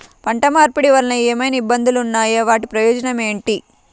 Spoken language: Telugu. పంట మార్పిడి వలన ఏమయినా ఇబ్బందులు ఉన్నాయా వాటి ప్రయోజనం ఏంటి?